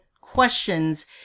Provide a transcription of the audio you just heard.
questions